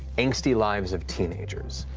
angsty lives of teenagers.